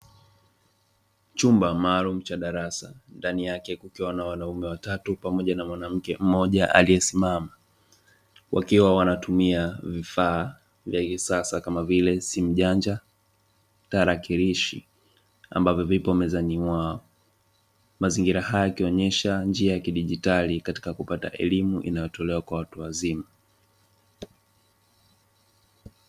Chumba maalumu cha darasa ndani yake kukiwa na wanaume watatu na mwanamke mmoja aliyesimama wakiwa wanatumia vifaa vya kisasa kama vile simujanja, tarakilishi ambavyo viko mezani mwao mazingira haya yakionyesha njia za kidigitali kwa ajili ya kupata elimu kwa watu wazima.